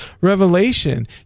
revelation